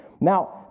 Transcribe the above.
Now